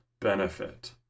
benefit